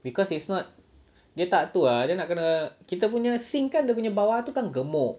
because it's not dia tak tu ah dia nak kena kita punya sink kan dia punya bawah tu kan gemuk